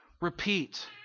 repeat